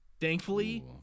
Thankfully